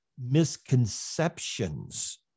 misconceptions